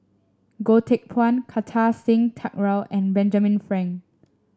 Goh Teck Phuan Kartar Singh Thakral and Benjamin Frank